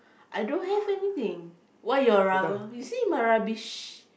I don't have anything where your rub~ you see my rubbish